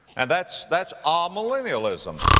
and that's, that's um amillennialism.